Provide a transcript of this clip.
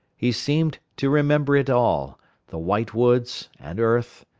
he seemed to remember it all the white woods, and earth,